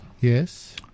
Yes